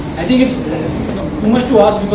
i think it's too much to ask,